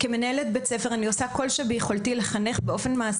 כמנהלת בית ספר אני עושה כל שביכולתי כדי לחנך לדמוקרטיה.